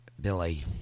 Billy